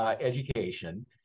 education